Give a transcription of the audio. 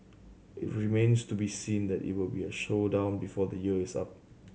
it remains to be seen that if will be a showdown before the year is up